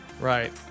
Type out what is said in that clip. Right